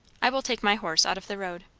i will take my horse out of the road.